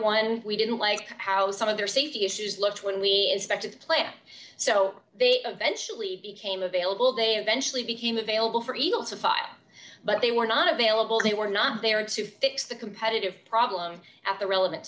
and we didn't like how some of their safety issues looked when we expected to play it so they eventually became available they eventually became available for eagle to five but they were not available they were not there to fix the competitive problems at the relevant